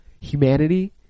humanity